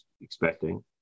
expecting